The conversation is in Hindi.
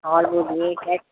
और बोलिए क्या